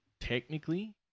technically